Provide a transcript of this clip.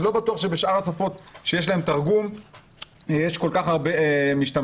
אני לא בטוח שבשאר השפות שיש להן תרגום יש כל כך הרבה משתמשים.